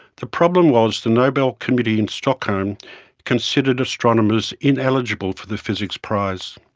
the problem was the nobel committee in stockholm considered astronomers ineligible for the physics prize.